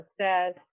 says